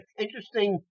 interesting